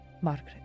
margaret